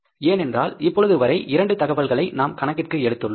ஏனென்றால் இப்பொழுது வரை இரண்டு தகவல்களை நாம் கணக்கிற்கு எடுத்துள்ளோம்